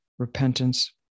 repentance